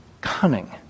cunning